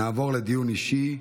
נעבור לדיון אישי,